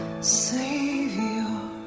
Savior